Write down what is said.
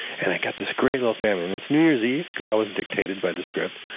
and i got this great little family. and it's new year's eve, because i was dictated by the script,